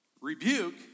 Rebuke